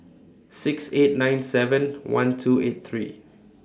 six eight nine seven one two eight three